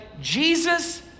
Jesus